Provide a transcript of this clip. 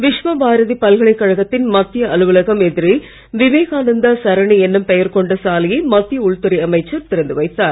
விஷ்வ பாரதி பல்கலைக்கழகத்தின் மத்திய அலுவலகம் எதிரே விவேகானந்தா சரணி என்னும் பெயர் கொண்ட சாலையை மத்திய உள்துறை அமைச்சர் திறந்து வைத்தார்